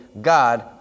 God